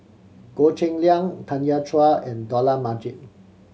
Goh Cheng Liang Tanya Chua and Dollah Majid